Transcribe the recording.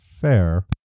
Fair